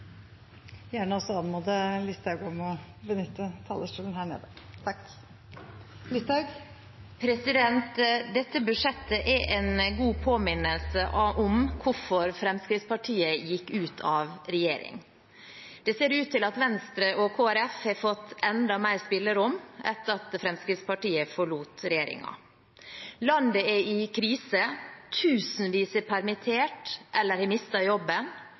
en god påminnelse om hvorfor Fremskrittspartiet gikk ut av regjeringen. Det ser ut til at Venstre og Kristelig Folkeparti har fått enda mer spillerom etter at Fremskrittspartiet forlot regjeringen. Landet er i krise. Tusenvis er permittert eller har mistet jobben,